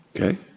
Okay